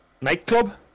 nightclub